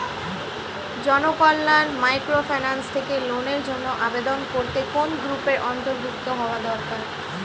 Janakalyan microfinance থেকে লোনের জন্য আবেদন করতে কোন গ্রুপের অন্তর্ভুক্ত হওয়া দরকার?